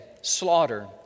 slaughter